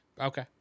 Okay